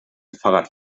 fahrrad